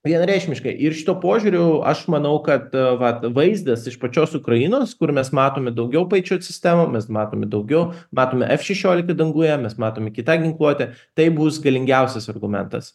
vienareikšmiškai ir šituo požiūriu aš manau kad vat vaizdas iš pačios ukrainos kur mes matome daugiau patriot sistemų mes matome daugiau matome f šešiolikta danguje mes matome kita ginkluotė tai bus galingiausias argumentas